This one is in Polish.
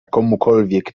komukolwiek